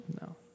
No